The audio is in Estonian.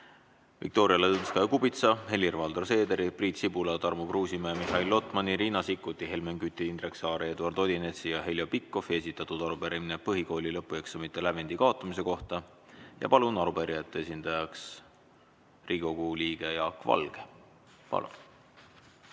Viktoria Ladõnskaja-Kubitsa, Helir-Valdor Seederi, Priit Sibula, Tarmo Kruusimäe, Mihhail Lotmani, Riina Sikkuti, Helmen Küti, Indrek Saare, Eduard Odinetsi ja Heljo Pikhofi esitatud arupärimine põhikooli lõpueksamite lävendi kaotamise kohta. Palun arupärijate esindajaks Riigikogu liikme Jaak Valge. Nii.